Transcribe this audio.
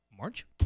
March